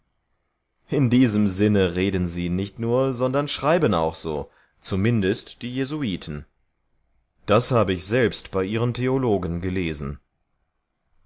in diesem sinne reden sie nicht nur sondern schreiben sie auch die jesuiten wenigstens ich selbst habe es so bei ihren gelehrten gelesen